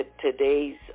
today's